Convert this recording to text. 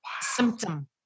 symptom